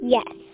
Yes